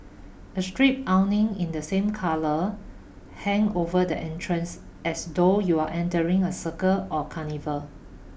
a striped awning in the same colours hang over the entrance as though you are entering a circus or carnival